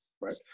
right